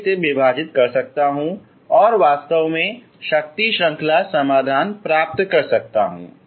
मैं इसे विभाजित कर सकता हूँ और मैं वास्तव में शक्ति श्रृंखला समाधान प्राप्त कर सकता हूँ